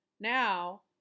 Now